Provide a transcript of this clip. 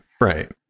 right